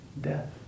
death